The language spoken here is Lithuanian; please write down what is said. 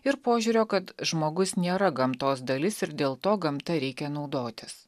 ir požiūrio kad žmogus nėra gamtos dalis ir dėl to gamta reikia naudotis